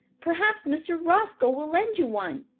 perhaps mr. roscoe will lend you one.